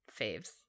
faves